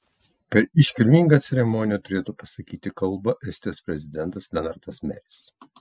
per iškilmingą ceremoniją turėtų pasakyti kalbą estijos prezidentas lenartas meris